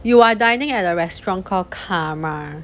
you are dining at a restaurant called karma